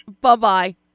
Bye-bye